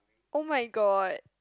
[oh]-my-god